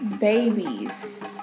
babies